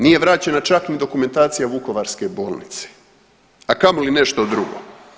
Nije vraćena čak ni dokumentacija Vukovarske bolnice, a kamoli nešto drugo.